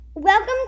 Welcome